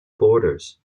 borders